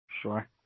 Sure